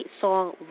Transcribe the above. song